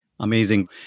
Amazing